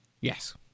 Yes